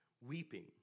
weeping